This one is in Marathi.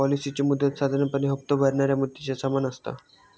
पॉलिसीची मुदत साधारणपणे हप्तो भरणाऱ्या मुदतीच्या समान असता